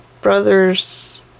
brother's